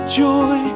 joy